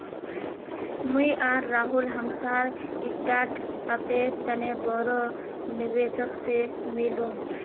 मुई आर राहुल हमसार स्टार्टअपेर तने बोरो निवेशक से मिलुम